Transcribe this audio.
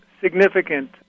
significant